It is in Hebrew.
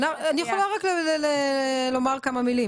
אני יכולה רק לומר כמה מילים.